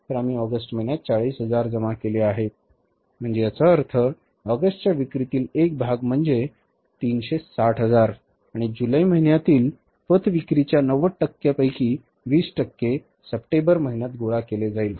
तर आम्ही ऑगस्ट महिन्यात 40000 जमा केले आहेत म्हणजे याचा अर्थ ऑगस्टच्या विक्रीतील एक भाग म्हणजे 360 हजार आणि जुलै महिन्यातील पत विक्रीच्या 90 टक्के पैकी २० टक्के सप्टेंबर महिन्यात गोळा केले जाईल